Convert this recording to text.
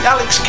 Alex